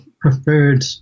preferred